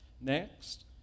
Next